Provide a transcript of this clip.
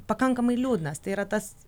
pakankamai liūdnas tai yra tas